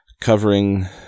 Covering